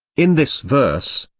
in this verse,